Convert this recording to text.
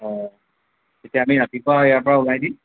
অঁ তেতিয়া আমি ৰাতিপুৱা ইয়াৰপৰা ওলাই দিম